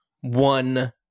one